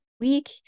week